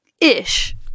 ish